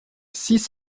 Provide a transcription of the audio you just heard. six